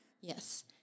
Yes